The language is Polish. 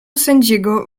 sędziego